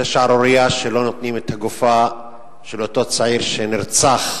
זו שערורייה שלא נותנים את הגופה של אותו צעיר שנרצח,